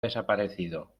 desaparecido